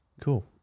Cool